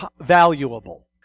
valuable